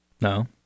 no